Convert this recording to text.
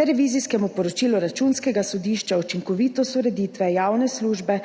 ter revizijskemu poročilu Računskega sodišča učinkovitost ureditve javne službe